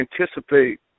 anticipate